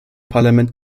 parlament